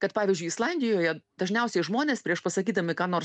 kad pavyzdžiui islandijoje dažniausiai žmonės prieš pasakydami ką nors